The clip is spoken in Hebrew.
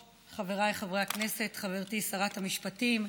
חברתי שרת המשפטים,